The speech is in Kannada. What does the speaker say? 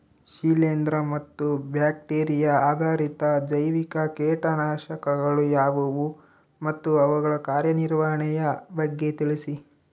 ಶಿಲೇಂದ್ರ ಮತ್ತು ಬ್ಯಾಕ್ಟಿರಿಯಾ ಆಧಾರಿತ ಜೈವಿಕ ಕೇಟನಾಶಕಗಳು ಯಾವುವು ಮತ್ತು ಅವುಗಳ ಕಾರ್ಯನಿರ್ವಹಣೆಯ ಬಗ್ಗೆ ತಿಳಿಸಿ?